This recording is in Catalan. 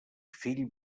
fill